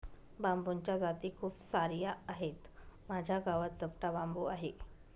बांबूच्या जाती खूप सार्या आहेत, माझ्या गावात चपटा बांबू आहे